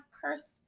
cursed